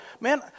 Man